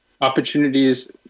opportunities